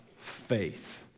faith